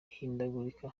ihindagurika